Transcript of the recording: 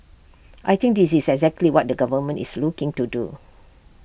I think this is exactly what the government is looking to do